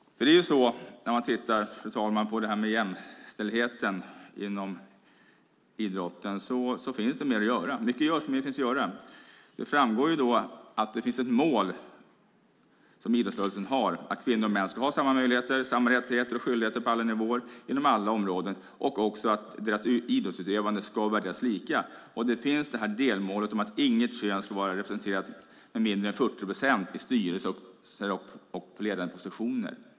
När man, fru talman, tittar på detta med jämställdheten inom idrotten ser man att det finns mer att göra, även om mycket görs. Det framgår att idrottsrörelsen har som mål att kvinnor och män ska ha samma möjligheter, rättigheter och skyldigheter på alla nivåer och inom alla områden samt att deras idrottsutövande ska värderas lika. Dessutom finns delmålet om att inget kön ska vara representerat med mindre än 40 procent i styrelser och på ledande positioner.